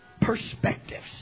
perspectives